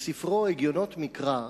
בספרו "הגיונות מקרא"